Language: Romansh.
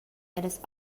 ellas